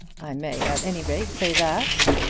i may, at any rate, say that.